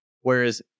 Whereas